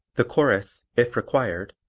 the chorus, if required,